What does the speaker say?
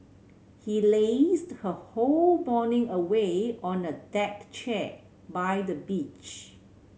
he lazed her whole morning away on a deck chair by the beach